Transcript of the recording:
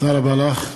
תודה רבה לך.